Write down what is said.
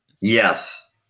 Yes